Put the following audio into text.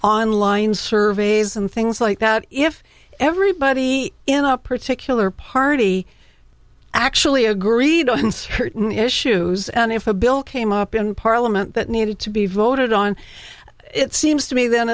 online surveys and things like that if everybody in a particular party actually agreed on certain issues and if a bill came up in parliament that in needed to be voted on it seems to me then